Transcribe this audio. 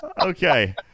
Okay